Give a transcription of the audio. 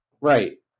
Right